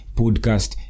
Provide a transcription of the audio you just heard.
podcast